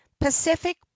Pacific